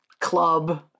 club